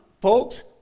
folks